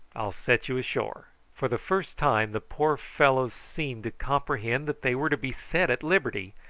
i'll set you ashore. for the first time the poor fellows seemed to comprehend that they were to be set at liberty,